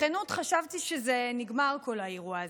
בכנות, חשבתי שזה נגמר, כל האירוע הזה.